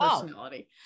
personality